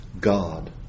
God